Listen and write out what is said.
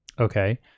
okay